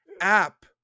app